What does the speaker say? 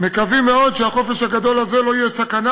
מקווים מאוד שהחופש הגדול הזה לא יהיה סכנה